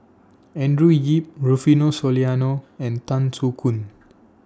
Andrew Yip Rufino Soliano and Tan Soo Khoon